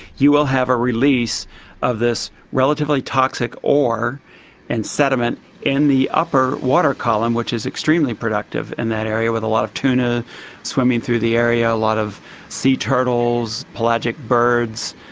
you will have a release of this relatively toxic ore and sediment in the upper water column which is extremely productive in that area with a lot of tuna swimming through the area, a lot of sea turtles, pelagic birds,